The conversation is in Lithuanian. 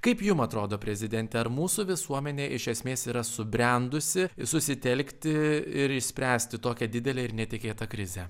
kaip jum atrodo prezidente ar mūsų visuomenė iš esmės yra subrendusi susitelkti ir išspręsti tokią didelę ir netikėtą krizę